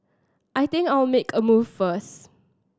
I think I'll make a move first